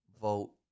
vote